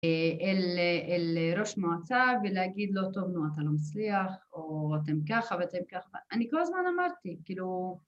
‫אל ראש מועצה ולהגיד לו, ‫טוב, נו, אתה לא מצליח, ‫או אתם ככה ואתם ככה. ‫אני כל הזמן אמרתי, כאילו...